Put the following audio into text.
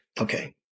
Okay